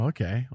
Okay